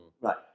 Right